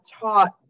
taught